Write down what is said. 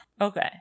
Okay